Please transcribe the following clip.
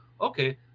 okay